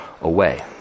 away